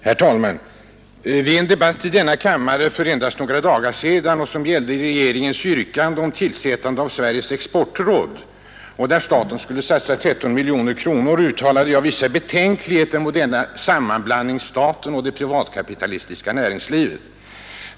Herr talman! Vid en debatt i denna kammare för endast några dagar sedan som gällde regeringens yrkande om tillsättande av Sveriges exportråd, där staten skulle satsa 13 miljoner kronor, uttalade jag vissa betänkligheter mot denna sammanblandning av staten och det privatkapitalistiska näringslivet.